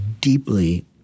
deeply